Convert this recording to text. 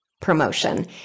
promotion